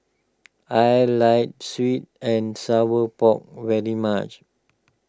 I like Sweet and Sour Pork very much